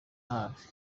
hafi